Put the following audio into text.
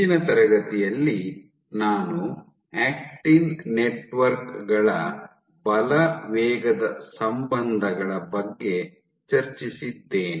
ಹಿಂದಿನ ತರಗತಿಯಲ್ಲಿ ನಾನು ಆಕ್ಟಿನ್ ನೆಟ್ವರ್ಕ್ ಗಳ ಬಲ ವೇಗದ ಸಂಬಂಧಗಳ ಬಗ್ಗೆ ಚರ್ಚಿಸಿದ್ದೇನೆ